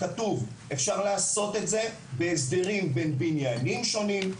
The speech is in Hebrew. כתוב: אפשר לעשות את זה בהסדרים בין בניינים שונים,